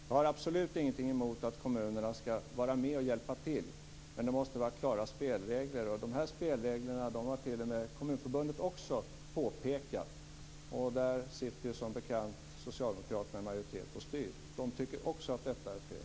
Jag har absolut ingenting emot att kommunerna skall vara med och hjälpa till men det måste, som sagt, finnas klara spelregler. De här spelreglerna har t.o.m. Kommunförbundet pekat på. Där är det socialdemokraterna, som bekant, som är i majoritet och som styr. De tycker också att detta är fel.